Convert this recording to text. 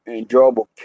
enjoyable